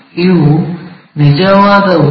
ಇವು ನಿಜವಾದ ಉದ್ದ